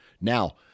Now